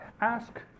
ask